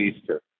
Easter